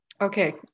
Okay